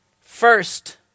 first